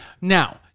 Now